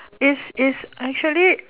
it's it's actually